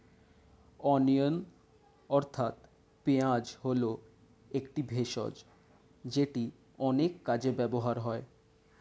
onion অর্থাৎ পেঁয়াজ হল একটি ভেষজ যেটি অনেক কাজে ব্যবহৃত হয়